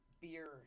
beer